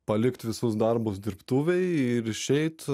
palikt visus darbus dirbtuvėje ir išeit